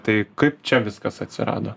tai kaip čia viskas atsirado